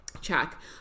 check